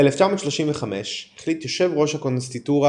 ב-1935 החליט יושב ראש הקונסיסטוריה